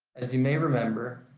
as you may remember